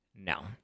No